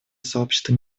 сообщество